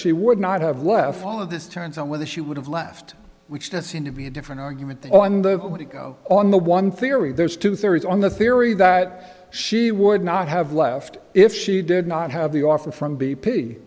she would not have left all of this turns on whether she would have left which does seem to be a different argument on the way to go on the one theory there's two theories on the theory that she would not have left if she did not have the offer from b p